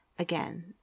Again